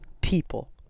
People